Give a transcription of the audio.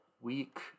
Week